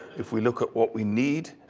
if we look at what we need,